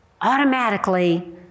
Automatically